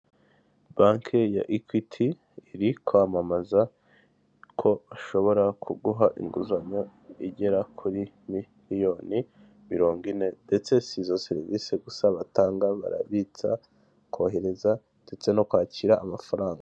Banki ya ekwiti iri kwamamaza ko bashobora kuguha inguzanyo igera kuri miliyoni mirongo ine ndetse si izo serivisi gusa batanga barabitsa kohereza ndetse no kwakira amafaranga.